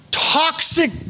Toxic